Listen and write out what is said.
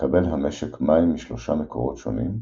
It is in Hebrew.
מקבל המשק מים משלושה מקורות שונים,